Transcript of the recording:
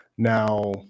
Now